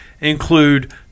include